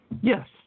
Yes